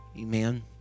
Amen